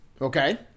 okay